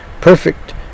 perfect